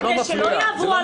זה לא מפריע.